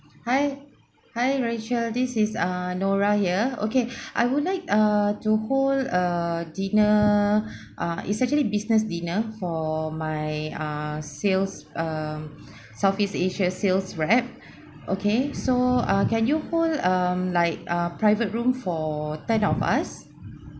hi hi rachel this is ah nora here okay I would like err to hold a dinner ah it's actually business dinner for my ah sales um southeast asia sales rep okay so uh can you hold um like uh private room for ten of us